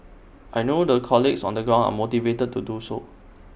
I know the colleagues on the ground are motivated to do so